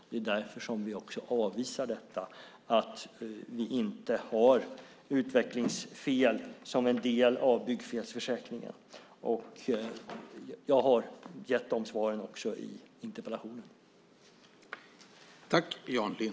Det är därför som vi avvisar detta och inte har utvecklingsfel som en del av byggfelsförsäkringen. Jag har gett de svaren också i interpellationssvaret.